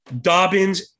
Dobbins